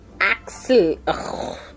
Axel